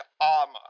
armor